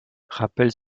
rappelle